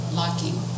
locking